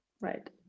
right